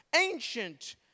ancient